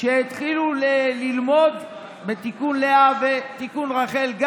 שהתחילו ללמוד בתיקון לאה וגם תיקון רחל,